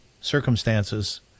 circumstances